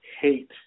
hate